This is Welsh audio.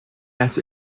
nes